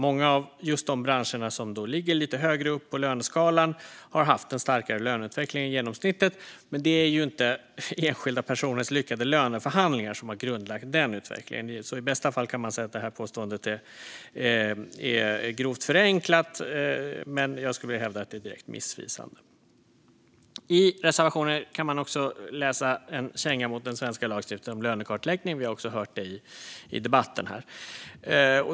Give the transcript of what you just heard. Många av just de branscherna, som då ligger lite högre upp på löneskalan, har haft en starkare löneutveckling än genomsnittet. Men det är ju inte enskilda personers lyckade löneförhandlingar som har grundlagt den utvecklingen. I bästa fall kan man alltså säga att det här påståendet är grovt förenklat, men jag skulle vilja hävda att det är direkt missvisande. I reservationen kan man också läsa en känga mot den svenska lagstiftningen om lönekartläggning. Vi har också hört det i debatten här.